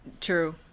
True